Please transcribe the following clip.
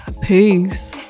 Peace